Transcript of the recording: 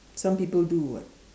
some people do [what]